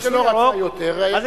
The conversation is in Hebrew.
מי שלא רצה יותר, היה יכול לבנות מייד.